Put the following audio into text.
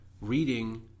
Reading